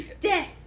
Death